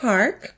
Park